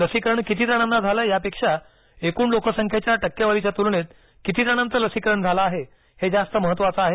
लसीकरण किती जणांना झालं आहे यापेक्षा एकूण लोकसंख्येच्या टक्केवारीच्या तुलनेत किती जणांचं लसीकरण झालं आहे हे जास्त महत्त्वाचं आहे